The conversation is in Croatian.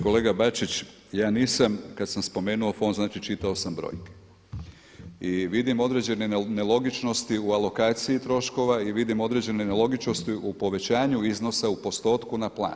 Kolega Bačić, ja nisam kad sam spomenuo fond, znači čitao sam brojke i vidim određene nelogičnosti u alokaciji troškova i vidim određene nelogičnosti u povećanju iznosa, u postotku na plan.